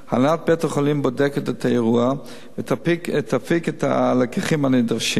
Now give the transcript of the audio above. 2. הנהלת בית-החולים בודקת את האירוע ותפיק את הלקחים הנדרשים.